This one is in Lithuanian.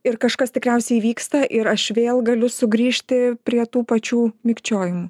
ir kažkas tikriausiai įvyksta ir aš vėl galiu sugrįžti prie tų pačių mikčiojimų